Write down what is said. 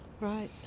right